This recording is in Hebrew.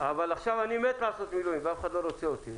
אבל עכשיו אני מת לעשות מילואים ואף אחד לא רוצה אותי.